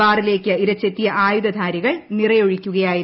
ബാറിലേക്ക് ഇരച്ചെത്തിയ ആയുധധാരികൾ നിറയൊഴിക്കുകയായിരുന്നു